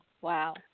Wow